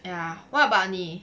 ya what about 你